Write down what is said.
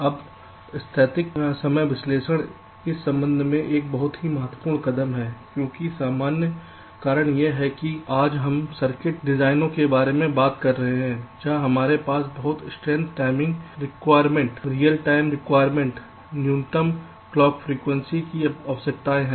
अब स्थैतिक समय विश्लेषण इस संबंध में एक बहुत ही महत्वपूर्ण कदम है क्योंकि सामान्य कारण यह है कि आज हम सर्किट डिजाइनों के बारे में बात कर रहे हैं जहां हमारे पास बहुत strength timing requirement real time requirement न्यूनतम क्लॉक फ्रीक्वेंसी की आवश्यकताएं हैं